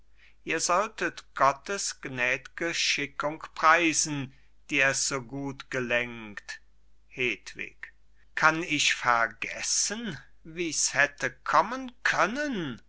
ihr solltet gottes gnäd'ge schickung preisen die es so gut gelenkt hedwig kann ich vergessen wie's hätte kommen können